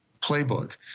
playbook